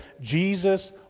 Jesus